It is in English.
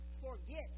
forget